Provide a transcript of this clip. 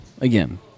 Again